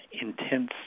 intense